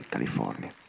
California